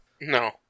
No